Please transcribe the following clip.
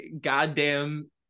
goddamn